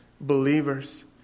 believers